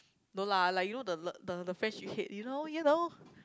no lah like you know the the the friends you hate you know you know